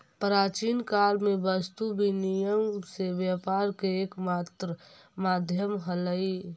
प्राचीन काल में वस्तु विनिमय से व्यापार के एकमात्र माध्यम हलइ